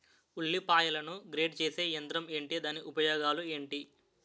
ఉల్లిపాయలను గ్రేడ్ చేసే యంత్రం ఏంటి? దాని ఉపయోగాలు ఏంటి?